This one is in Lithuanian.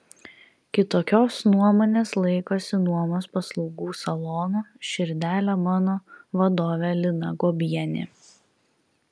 kitokios nuomonės laikosi nuomos paslaugų salono širdele mano vadovė lina guobienė